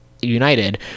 United